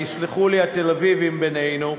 ויסלחו לי התל-אביבים בינינו,